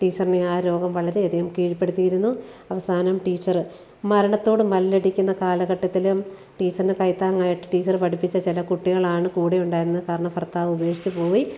ടീച്ചറിനെ ആ രോഗം വളരെയധികം കീഴ്പ്പെടുത്തിയിരുന്നു അവസാനം ടീച്ചര് മരണത്തോട് മല്ലടിക്കുന്ന കാലഘട്ടത്തിലും ടീച്ചറിന് കൈത്താങ്ങായിട്ട് ടീച്ചര് പഠിപ്പിച്ച ചില കുട്ടികളാണ് കൂടെ ഉണ്ടായിരുന്നത് കാരണം ഭർത്താവ് ഉപേക്ഷിച്ച് പോയി